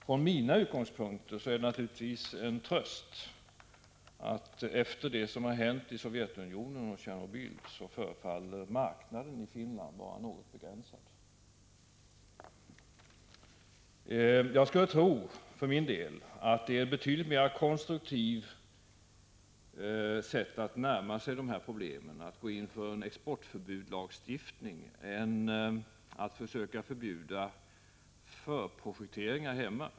Från mina utgångspunkter är det naturligtvis en tröst att marknaden i Finland, efter det som hänt i Tjernobyl, förefaller vara något begränsad. Jag tror för min del att ett betydligt mera konstruktivt sätt att närma sig dessa problem är att gå in för en exportförbudslagstiftning än att försöka förbjuda förprojektering här hemma.